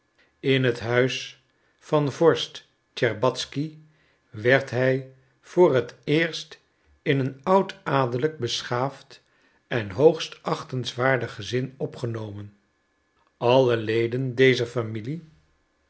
in het huis van vorst tscherbatzky werd hij voor het eerst in een oudadellijk beschaafd en hoogst achtenswaardig gezin opgenomen alle leden dezer familie